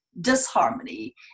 disharmony